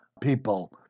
people